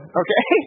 okay